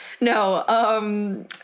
No